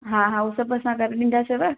हा हा उहो सभु असां करे ॾींदा सभु